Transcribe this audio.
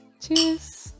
Cheers